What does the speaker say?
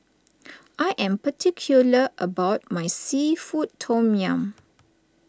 I am particular about my Seafood Tom Yum